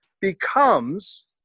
becomes